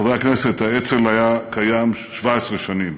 חברי הכנסת, האצ"ל היה קיים 17 שנים.